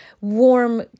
warm